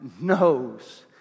knows